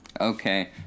okay